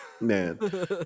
Man